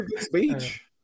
speech